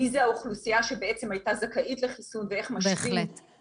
מי זו האוכלוסייה שבעצם הייתה זכאית לחיסון ואיך משווים